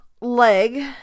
leg